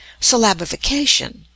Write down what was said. syllabification